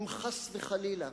אם חס וחלילה,